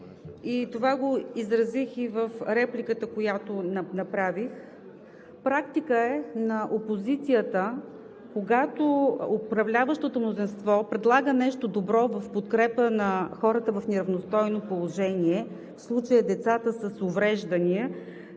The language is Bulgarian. това го изразих в репликата, която направих. Практика е на опозицията, когато управляващото мнозинство предлага нещо добро в подкрепа на хората в неравностойно положение, в случая децата с увреждания,